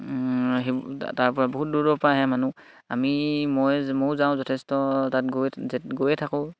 সেইবোৰ তাৰপৰা বহুত দূৰৰ পৰা আহে মানুহ আমি মই ময়ো যাওঁ যথেষ্ট তাত গৈ গৈয়ে থাকোঁ